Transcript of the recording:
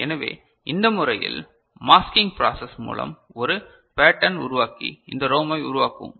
எனவே இந்த முறையில் மாஸ்கிங் பிராசஸ் மூலம் ஒரு பேட்டர்ன் உருவாக்கி இந்த ரோமை உருவாக்குவோம்